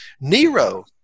Nero